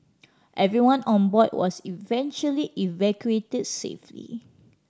everyone on board was eventually evacuated safely